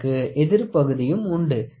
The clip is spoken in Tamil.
அதற்கு எதிர் பகுதியும் உண்டு